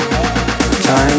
Time